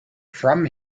from